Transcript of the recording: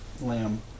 Lamb